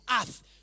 earth